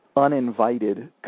Uninvited